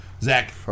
Zach